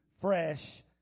fresh